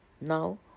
now